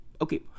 Okay